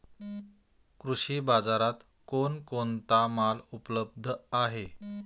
कृषी बाजारात कोण कोणता माल उपलब्ध आहे?